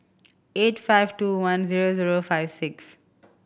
eight five two one zero zero five six